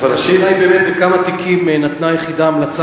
השאלה: 3. בכמה תיקים נתנה היחידה המלצה